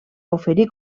oferir